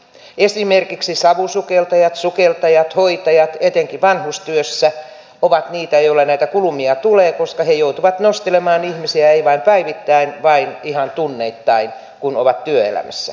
esimerkiksi savusukeltajat sukeltajat hoitajat etenkin vanhustyössä ovat niitä joilla näitä kulumia tulee koska he joutuvat nostelemaan ihmisiä eivät vain päivittäin vaan ihan tunneittain kun ovat työelämässä